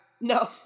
No